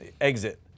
exit